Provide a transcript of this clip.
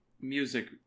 music